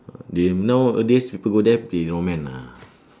they nowadays people go there play lawman ah